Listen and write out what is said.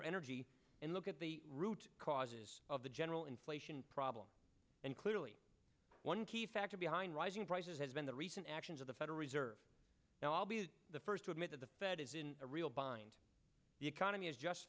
or energy and look at the root causes of the general inflation problem and clearly one key factor behind rising prices has been the recent actions of the federal reserve now i'll be the first to admit that the fed is in a real bind the economy is just